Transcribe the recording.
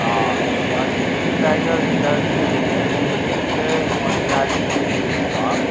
हँ तऽ Valmiki tiger reserve जे छै तऽ ई छै मोतिहारी डिस्ट्रिक्टमे